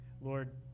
Lord